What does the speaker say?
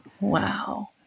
Wow